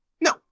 no